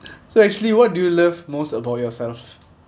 so actually what do you love most about yourself